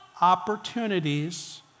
opportunities